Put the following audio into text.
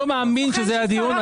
מאמין שזה הדיון,